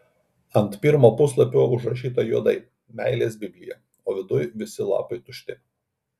ant pirmo puslapio užrašyta juodai meilės biblija o viduj visi lapai tušti